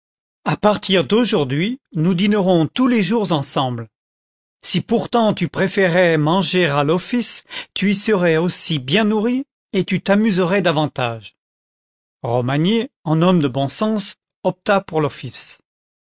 a partir d'aujourd'hui nous dînerons tous les jours ensemble si pourtant tu préférais manger à l'office tu y serais aussi bien nourri et tu t'amuserais davantage romagné en homme de bon sens opta pour l'office